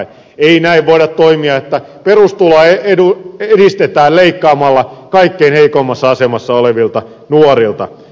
ei näin voida toimia että perustuloa edistetään leikkaamalla kaikkein heikoimmassa asemassa olevilta nuorilta